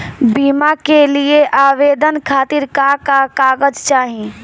बीमा के लिए आवेदन खातिर का का कागज चाहि?